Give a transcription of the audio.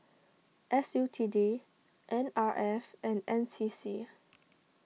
S U T D N R F and N C C